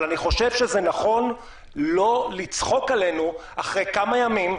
אבל אני חושב שזה נכון לא לצחוק עלינו אחרי כמה ימים.